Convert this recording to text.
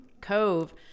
cove